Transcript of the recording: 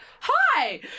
hi